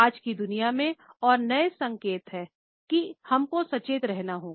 आज की दुनिया में और नए संकेत है कि हम को सचेत रहना होगा